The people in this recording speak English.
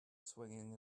swinging